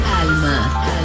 Alma